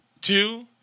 two